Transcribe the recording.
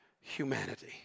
humanity